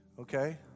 Okay